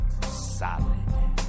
solid